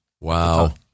Wow